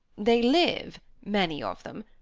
they live, many of them,